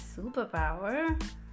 superpower